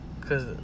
cause